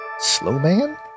Slowman